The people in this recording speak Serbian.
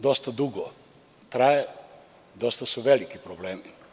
Dosta dugo traje, dosta su veliki problemi.